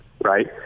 right